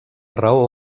raó